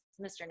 Mr